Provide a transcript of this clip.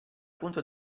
punto